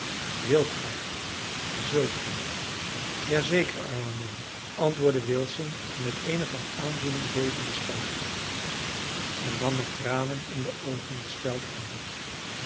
wilt gij zult gij ja zeker arme man antwoordde wilson met eene van aandoening bevende stem en nam met tranen in de oogen de speld aan